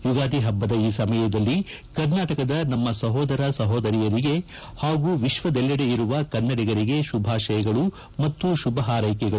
ಯುಗಾದಿ ಹಬ್ಬದ ಈ ಸಮಯದಲ್ಲಿ ಕರ್ನಾಟಕದ ನಮ್ನ ಸಹೋದರ ಸಹೋದರಿಯರಿಗೆ ಹಾಗೂ ವಿಶ್ವದೆಲ್ಲೆಡೆ ಇರುವ ಕನ್ನಡಿಗರಿಗೆ ಶುಭಾಶಯಗಳು ಮತ್ತು ಶುಭಹಾರೈಕೆಗಳು